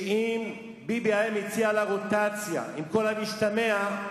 שאם ביבי היה מציע לה רוטציה, עם כל המשתמע,